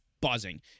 buzzing